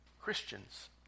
Christians